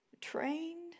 Trained